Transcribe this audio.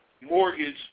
mortgage